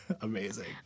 Amazing